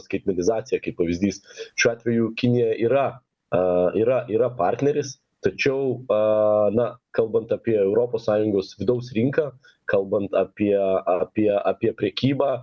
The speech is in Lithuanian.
skaitmenizacija kaip pavyzdys šiuo atveju kinija yra a yra yra partneris tačiau a na kalbant apie europos sąjungos vidaus rinką kalbant apie apie apie prekybą